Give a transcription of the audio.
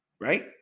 right